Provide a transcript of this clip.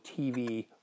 TV